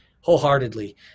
wholeheartedly